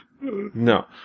No